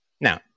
Now